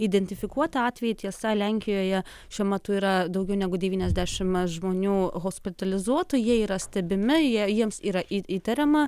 identifikuotą atvejį tiesa lenkijoje šiuo metu yra daugiau negu devyniasdešimt žmonių hospitalizuotų jie yra stebimi jiems yra įtariama